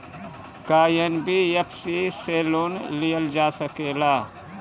का एन.बी.एफ.सी से लोन लियल जा सकेला?